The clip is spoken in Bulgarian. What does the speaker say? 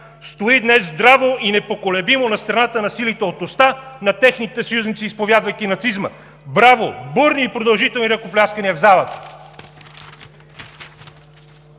стои днес здраво и непоколебимо на страната на силите от Оста, на техните съюзници, изповядвайки нацизма. („Браво“, бурни и продължителни ръкопляскания в